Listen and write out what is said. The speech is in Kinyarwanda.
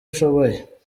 ushoboye